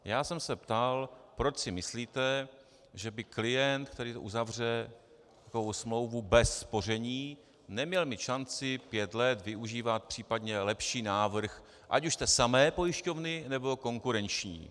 Já jsem se ptal, proč si myslíte, že by klient, který uzavře takovou smlouvu bez spoření, neměl mít šanci pět let využívat případně lepší návrh, ať už té samé pojišťovny, nebo konkurenční.